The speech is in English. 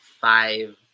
five